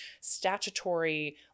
statutory